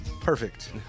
Perfect